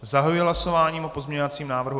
Zahajuji hlasování o pozměňovacím návrhu E2.